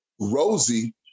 Rosie